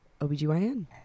OBGYN